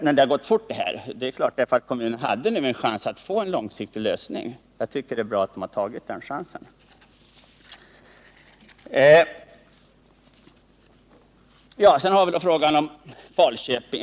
Men det har gått fort det här, därför att kommunen hade nu chans att få en långsiktig lösning. Jag tycker att det är bra att kommunen har tagit den chansen. 115 Sedan har vi då frågan om Falköping.